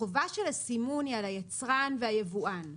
החובה של הסימון היא על היצרן ועל היבואן.